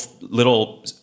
little